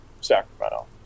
Sacramento